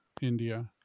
India